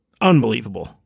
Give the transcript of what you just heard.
Unbelievable